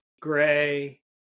gray